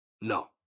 No